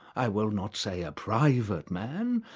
i will not say a private man,